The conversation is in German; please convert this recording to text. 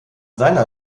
seiner